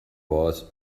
was